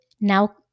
now